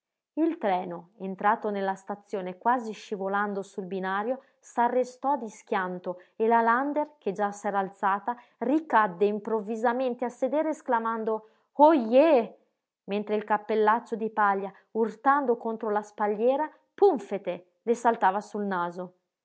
il treno entrato nella stazione quasi scivolando sul binario s'arrestò di schianto e la lander che già s'era alzata ricadde improvvisamente a sedere esclamando oh je mentre il cappellaccio di paglia urtando contro la spalliera púmfete le saltava sul naso